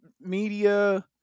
media